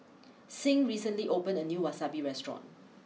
sing recently opened a new Wasabi restaurant